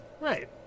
right